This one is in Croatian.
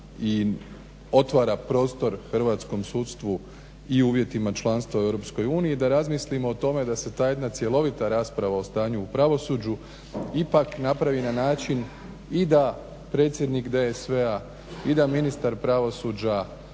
i otvara prostor hrvatskom sudstvu i uvjetima članstva u EU da razmislimo o tome da se ta jedna cjelovita rasprava o stanju u pravosuđu ipak napravi na način i da predsjednik DSV-a i da ministar pravosuđa,